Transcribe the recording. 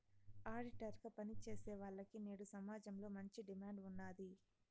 auditor గా పని చేసేవాల్లకి నేడు సమాజంలో మంచి డిమాండ్ ఉన్నాది